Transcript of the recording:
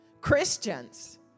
Christians